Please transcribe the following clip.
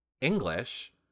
English